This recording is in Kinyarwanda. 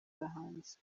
bahanzi